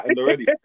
already